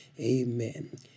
Amen